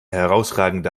herausragende